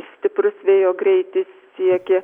stiprus vėjo greitis siekė